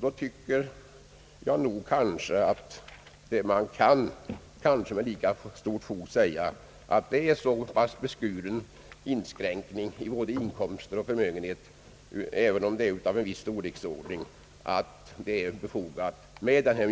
Då tycker jag att man med lika stort fog kan säga, att det är så beskuren dispositionsrätt beträffande både inkomster och förmögenheter även om dessa är av viss storleksordning, att det är befogat med de